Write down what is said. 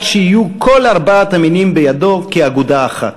שיהיו כל ארבעת המינים בידו כאגודה אחת,